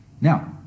Now